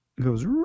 Goes